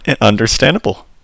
Understandable